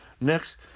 Next